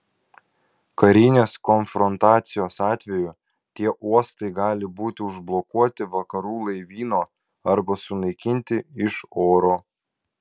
karinės konfrontacijos atveju tie uostai gali būti užblokuoti vakarų laivyno arba sunaikinti iš oro